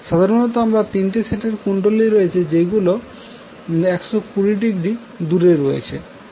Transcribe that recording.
সাধারণত আমাদের তিনটি সেটের কুণ্ডলী রয়েছে যেগুলো 120০ দূরে রয়েছে